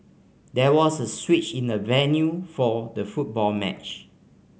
there was a switch in the venue for the football match